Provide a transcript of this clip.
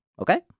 okay